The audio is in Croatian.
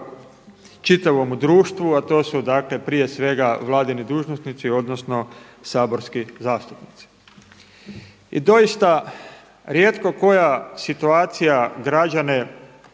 čitavom društvu, a to su prije svega vladini dužnosnici odnosno saborski zastupnici. I doista rijetko koja situacija građane